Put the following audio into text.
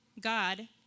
God